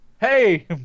hey